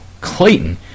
Clayton